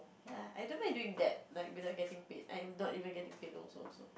ya I don't remember doing that like being getting paid I am not even getting paid also so